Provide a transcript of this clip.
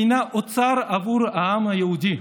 הינה אוצר עבור העם היהודי,